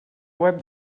web